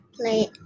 play